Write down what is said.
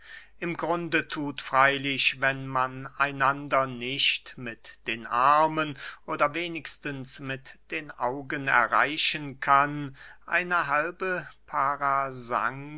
im grunde thut freylich wenn man einander nicht mit den armen oder wenigstens mit den augen erreichen kann eine halbe